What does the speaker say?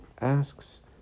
Asks